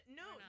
no